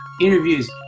interviews